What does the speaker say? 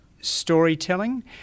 storytelling